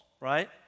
right